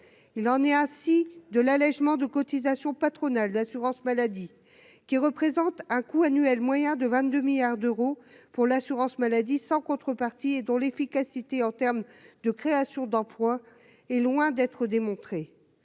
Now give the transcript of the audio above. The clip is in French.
il en est ainsi de l'allégement de cotisations patronales d'assurance maladie, qui représente un coût annuel moyen de 22 milliards d'euros pour l'assurance maladie, sans contrepartie, et dont l'efficacité en termes de création d'emplois est loin d'être démontré,